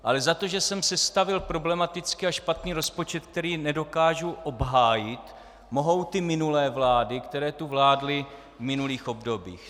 Ale za to, že jsem sestavil problematický a špatný rozpočet, který nedokážu obhájit, mohou ty minulé vlády, které tu vládly v minulých obdobích.